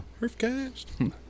Earthcast